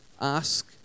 ask